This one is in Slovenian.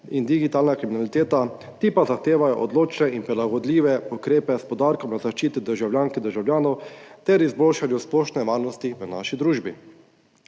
in digitalna kriminaliteta, ti pa zahtevajo odločne in prilagodljive ukrepe s poudarkom na zaščiti državljank in državljanov ter izboljšanju splošne varnosti v naši družbi.